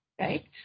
right